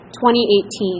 2018